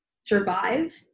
survive